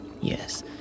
Yes